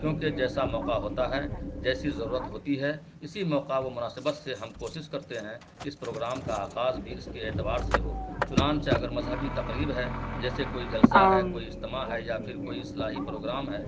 کیونکہ جیسا موقع ہوتا ہے جیسی ضرورت ہوتی ہے اسی موقع و مناسبت سے ہم کوشش کرتے ہیں کہ اس پروگرام کا آغاز بھی اس کے اعتبار سے ہو چنانچہ اگر مذہبی تقریب ہے جیسے کوئی جلسہ ہے کوئی اجتماع ہے یا پھر کوئی اصلاحی پروگرام ہے